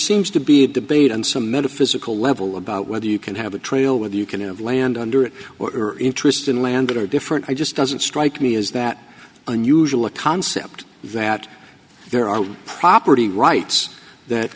seems to be a debate and some metaphysical level about whether you can have a trail with you can have land under it or interest in land that are different i just doesn't strike me as that unusual a concept that there are property rights that